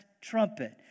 trumpet